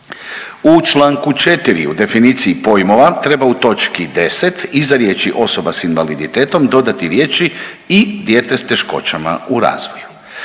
U čl. 4 u definiciji pojmova treba u toč. 10 iza riječi osoba s invaliditetom, dodati riječi i dijete s teškoćama u razvoju.